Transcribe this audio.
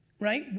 right?